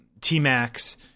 T-Max